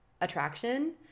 attraction